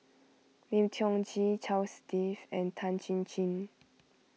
Lim Tiong Ghee Charles Dyce and Tan Chin Chin